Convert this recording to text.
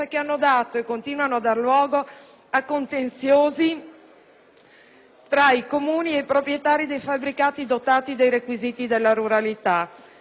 tra i Comuni e i proprietari dei fabbricati dotati dei requisiti della ruralità. L'emendamento vuole quindi fare chiarezza interpretativa,